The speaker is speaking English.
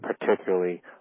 particularly